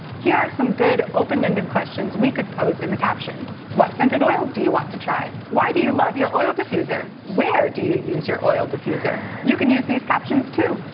here are some good open-ended questions we could pose in the captions what scented oils do you want to try? why do you love your oil diffuser? where do you use your oil diffuser? you can use these captions too.